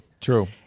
true